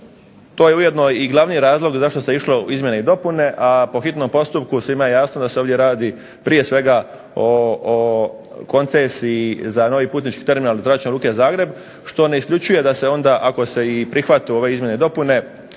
To je ujedno glavni razlog zašto se išlo u izmjene i dopune, a po hitnom postupku svima je jasno da se ovdje radi prije svega o koncesiji za novi putnički terminal Zračne luke Zagreb što ne isključuje da se onda ako se prihvate ove izmjene i dopune